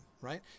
right